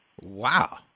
Wow